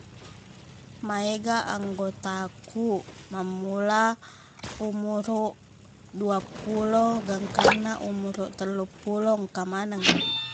Maega anggotakuq mammula umuruq duappulo gangkanna umuruq telluppulo engka maneng